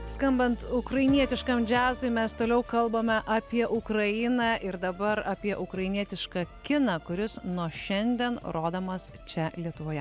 skambant ukrainietiškam džiazui mes toliau kalbame apie ukrainą ir dabar apie ukrainietišką kiną kuris nuo šiandien rodomas čia lietuvoje